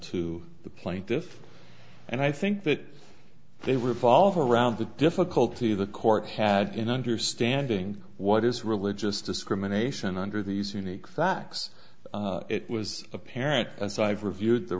to the plaintiffs and i think that they were fall for around the difficulty the court had in understanding what is religious discrimination under these unique facts it was apparent as i've reviewed the